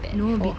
at all